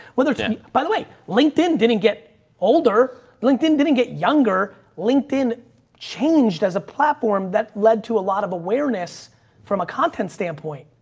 whether it's, by the way linkedin didn't get older, linkedin didn't get younger. linkedin changed as a platform that led to a lot of awareness from a content standpoint.